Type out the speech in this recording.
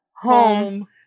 home